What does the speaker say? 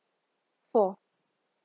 four